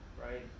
Right